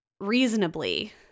reasonably